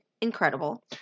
incredible